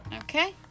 Okay